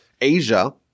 Asia